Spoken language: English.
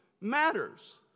matters